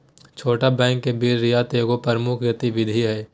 छोट बैंक में बिल रियायत एगो प्रमुख गतिविधि हइ